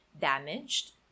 damaged